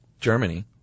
Germany